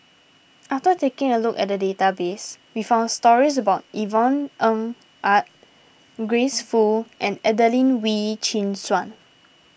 after taking a look at database we found stories about Yvonne Ng Uhde Grace Fu and Adelene Wee Chin Suan